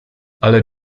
ale